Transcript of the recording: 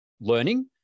learning